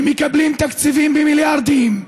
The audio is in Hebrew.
מקבלים תקציבים במיליארדים.